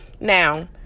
Now